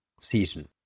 Season